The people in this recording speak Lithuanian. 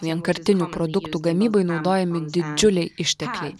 vienkartinių produktų gamybai naudojami didžiuliai ištekliai